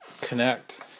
connect